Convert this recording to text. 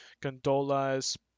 gondolas